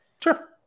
sure